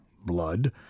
blood